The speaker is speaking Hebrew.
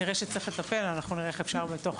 נראה שצריך לטפל, אנחנו נראה איך אפשר בתוך